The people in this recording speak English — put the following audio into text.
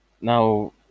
now